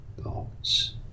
thoughts